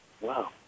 Wow